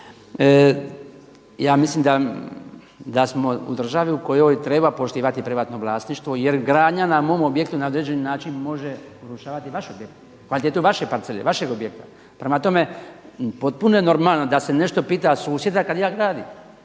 Ja mislim da smo u državi u kojoj treba poštivati privatno vlasništvo jer gradnja na mom objektu na određeni način može … kvalitetu vaše parcele, vašeg objekta. Prema tome, potpuno je normalno da se nešto pita susjeda kada ja gradim.